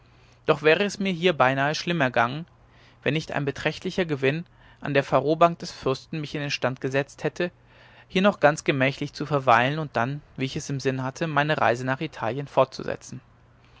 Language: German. doch wäre es mir hier beinahe schlimm ergangen wenn nicht ein beträchtlicher gewinn an der pharobank des fürsten mich in den stand gesetzt hätte hier noch ganz gemächlich zu verweilen und dann wie ich es im sinn hatte meine reise nach italien fortzusetzen